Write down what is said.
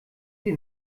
sie